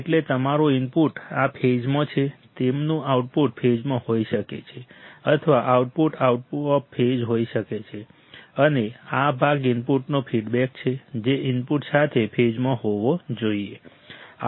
એટલે તમારું ઇનપુટ આ ફેઝમાં છે તેમનું આઉટપુટ ફેઝમાં હોઈ શકે છે અથવા આઉટપુટ આઉટ ઓફ ફેઝ હોઈ શકે છે અને આ ભાગ ઈનપુટનો ફીડબેક છે જે ઈનપુટ સાથે ફેઝમાં હોવો જોઈએ